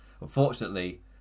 unfortunately